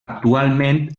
actualment